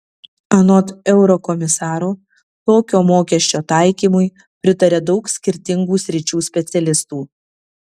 anot eurokomisaro tokio mokesčio taikymui pritaria daug skirtingų sričių specialistų